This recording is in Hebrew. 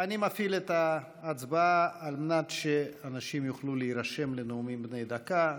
אני מפעיל את ההצבעה על מנת שאנשים יוכלו להירשם לנאומים בני דקה.